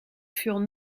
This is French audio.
furent